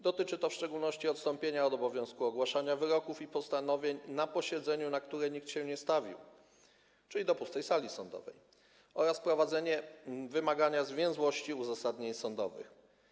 Dotyczy to w szczególności odstąpienia od obowiązku ogłaszania wyroków i postanowień na posiedzeniu, na które nikt się nie stawił, czyli do pustej sali sądowej, oraz wprowadzenia wymagania zwięzłości uzasadnień sądowych.